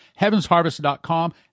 HeavensHarvest.com